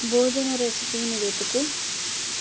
భోజన రెసిపీని వెతుకు